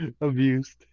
abused